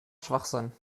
schwachsinn